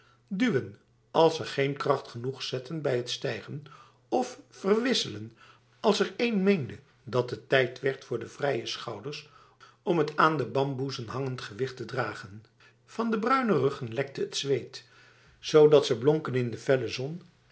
duwen als ze geen kracht genoeg zetten bij het stijgen of verwisselenf als er een meende dat het tijd werd voor de vrije schouders om het aan de bamboezen hangend gewicht te dragen van de bruine ruggen lekte het zweet zodat ze blonken in de felle zon